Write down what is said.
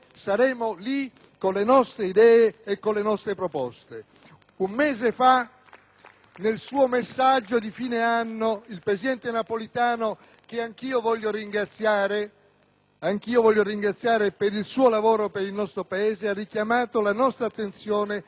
nel suo messaggio di fine anno, il presidente Napolitano - che anch'io voglio ringraziare per il suo lavoro per il nostro Paese - ha richiamato la nostra attenzione sulla necessità di larghe condivisioni parlamentari sulle grandi riforme.